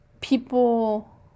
people